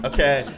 Okay